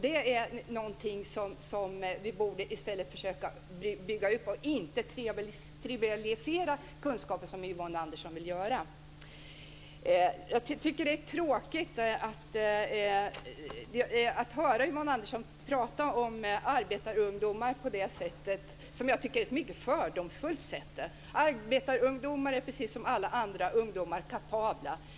Det är något vi borde försöka nå, i stället för att trivialisera kunskapen, som Yvonne Andersson vill göra. Jag tycker att det är tråkigt att höra Yvonne Andersson prata om arbetarungdomar på ett som jag tycker mycket fördomsfullt sätt. Arbetarungdomar är kapabla, precis som alla andra ungdomar.